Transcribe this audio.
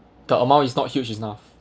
the amount is not huge enough